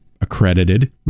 accredited